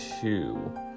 two